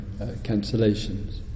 cancellations